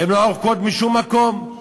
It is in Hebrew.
הן לא עורקות משום מקום.